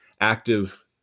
Active